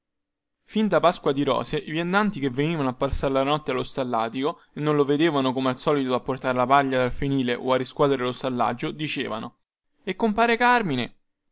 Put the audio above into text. fin da pasqua di rose i viandanti che venivano a passar la notte allo stallatico e non lo vedevano come al solito a portar la paglia dal fienile o a riscuotere lo stallaggio dicevano e compare carmine